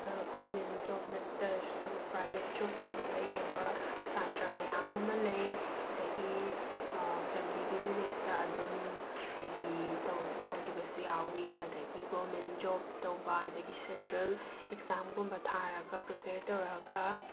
government job ꯅꯠꯇ꯭ꯔꯁꯨ private job ꯀꯨꯝꯕꯗ ꯌꯦꯡꯕ ꯁꯥꯇ꯭ꯔ ꯃꯌꯥꯝ ꯑꯃ ꯂꯩ ꯑꯗꯒꯤ ꯐꯦꯃꯤꯂꯤ ꯕꯤꯖꯤꯅꯦꯁꯇ ꯑꯗꯨꯝ ꯍꯥꯏꯗꯤ ꯇꯧ ꯇꯧꯒꯤꯕꯁꯨ ꯌꯥꯎꯋꯤ ꯑꯗꯒꯤ ꯒꯣꯃꯦꯟ ꯖꯣꯕ ꯇꯧꯕ ꯑꯗꯒꯤ ꯁꯦꯟꯇ꯭ꯔꯦꯜ ꯑꯦꯛꯖꯥꯝꯒꯨꯝꯕ ꯊꯥꯔꯒ ꯄ꯭ꯔꯤꯄꯦꯌꯔ ꯇꯧꯔꯒ